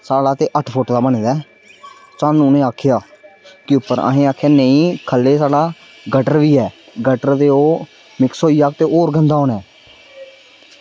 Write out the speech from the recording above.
साढ़ा ते अट्ठ फुट्ट दा बने दा ऐ सानूं उ'नें आखेआ कि उप्पर असें आखेआ नेईं ख'ल्ले गी साढ़ा गटर बी ऐ गटर ते ओह् मिक्स होई जाह्ग ते होर गंदा होना ऐ